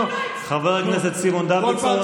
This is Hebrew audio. אנחנו לא, חבר הכנסת סימון דוידסון, בבקשה.